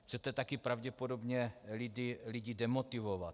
Chcete taky pravděpodobně lidi demotivovat.